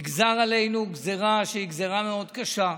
נגזרה עלינו גזרה שהיא גזרה קשה מאוד.